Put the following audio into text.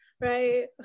right